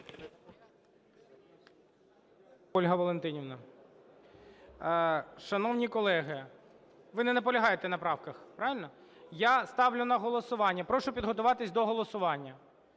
Ольга Валентинівна. Шановні колеги… Ви не наполягаєте на правках. Правильно? Я ставлю на голосування… Прошу підготуватись до голосування.